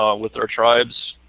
um with our tribes.